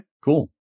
cool